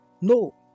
No